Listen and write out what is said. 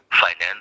finance